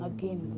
Again